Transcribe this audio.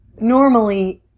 normally